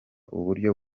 uburyo